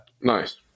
Nice